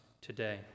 today